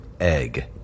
Egg